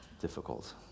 difficult